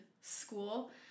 school